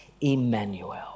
Emmanuel